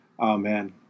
Amen